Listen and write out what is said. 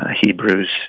Hebrews